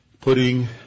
putting